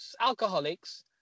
alcoholics